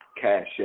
cash